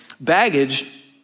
Baggage